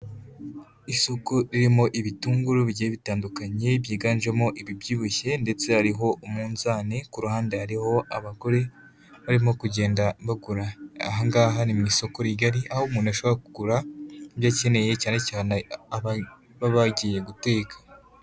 Isuku ririmo ibitunguru bigiye bitandukanye byiganjemo ibibyibushye ndetse hariho umunzani ku ruhande hariho abagore, barimo kugenda bagura, aha ngaha ni mu isoko rigari aho umuntu ashobora kugura ibyo akeneye, cyane cyane ababa bagiye guteka.